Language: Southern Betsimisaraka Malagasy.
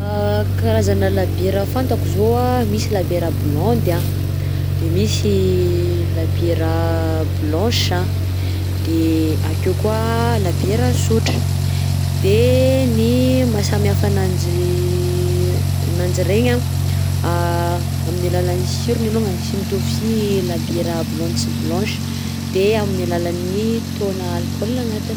Karazana labiera fantako zao anh: misy labiera blonde anh, de misy labiera blanche anh, de akeo koa labiera sotra. _x000D_ De ny mahasamy faha ananjy nanjy regny anh, amin'ny alalan'ny sirony alongany, sy mitovy si labiera blonde sy blanche, de amin'ny alalan'ny taux-nà alcool agnatiny.